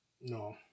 No